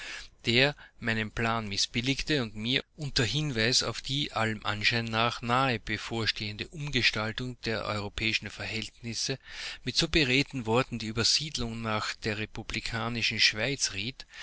der meinen plan mißbilligte und mir unter hinweis auf die allem anschein nach nahe bevorstehende umgestaltung der europäischen verhältnisse mit so beredten worten die übersiedelung nach der republikanischen schweiz